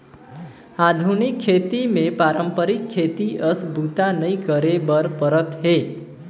आधुनिक खेती मे पारंपरिक खेती अस बूता नइ करे बर परत हे